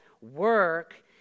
Work